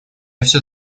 всё